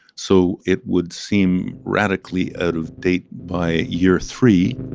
so it would seem radically out of date by year three